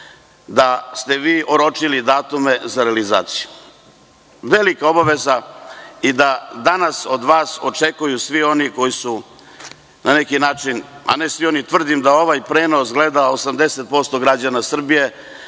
da ste vi oročili datume za realizaciju. Velika obaveza je i danas od vas očekuju svi oni koji su tu, a tvrdim i da ovaj prenos gleda 80% građana Srbije,